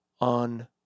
on